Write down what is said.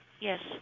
Yes